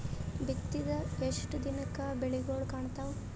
ಬಿತ್ತಿದ ಎಷ್ಟು ದಿನಕ ಬೆಳಿಗೋಳ ಕಾಣತಾವ?